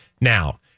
Now